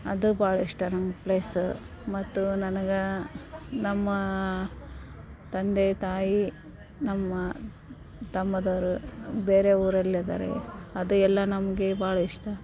ಅದು ಭಾಳ ಇಷ್ಟ ನಂಗೆ ಪ್ಲೇಸು ಮತ್ತು ನನಗೆ ನಮ್ಮ ತಂದೆ ತಾಯಿ ನಮ್ಮ ತಮ್ಮದಿರ್ ಬೇರೆ ಊರಲ್ಲಿದ್ದಾರೆ ಅದು ಎಲ್ಲ ನಮಗೆ ಭಾಳ ಇಷ್ಟ